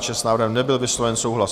S návrhem nebyl vysloven souhlas.